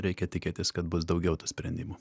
reikia tikėtis kad bus daugiau tų sprendimų